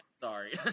sorry